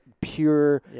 pure